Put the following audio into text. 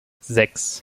sechs